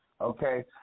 Okay